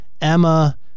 Emma